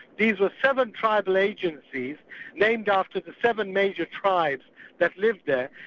these were seven tribal agencies named after the seven major tribes that lived there,